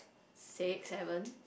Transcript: six seven